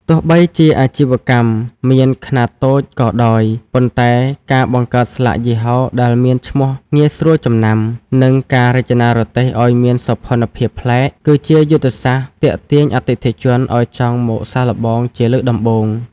ទោះបីជាអាជីវកម្មមានខ្នាតតូចក៏ដោយ ប៉ុន្តែការបង្កើតស្លាកយីហោដែលមានឈ្មោះងាយស្រួលចំណាំ និងការរចនារទេះឱ្យមានសោភ័ណភាពប្លែកភ្នែក គឺជាយុទ្ធសាស្ត្រទាក់ទាញអតិថិជនឱ្យចង់មកសាកល្បងជាលើកដំបូង។